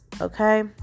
Okay